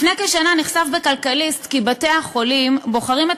לפני כשנה נחשף ב"כלכליסט" כי בתי-החולים בוחרים את